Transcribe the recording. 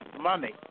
money